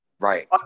Right